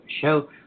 Show